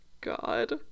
God